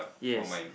yes